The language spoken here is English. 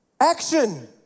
action